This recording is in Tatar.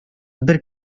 бер